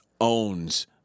owns